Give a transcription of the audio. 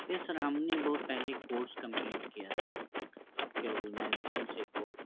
یس sir ہم نے بہت پہلے کورس کمپلیٹ کیا تھا آپ کے آگنائزیشن سے ایک بہ